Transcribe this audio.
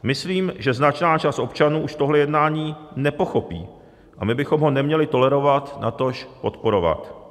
Myslím, že značná část občanů už tohle jednání nepochopí, a my bychom ho neměli tolerovat, natož podporovat.